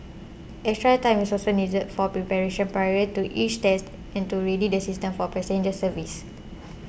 extra time is also needed for preparation prior to each test and to ready the systems for passenger service